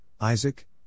Isaac